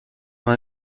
man